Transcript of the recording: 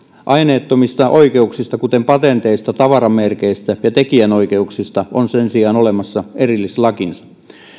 aineettomista oikeuksista kuten patenteista tavaramerkeistä ja tekijänoikeuksista on sen sijaan olemassa erillislakinsa